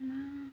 मा